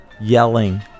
yelling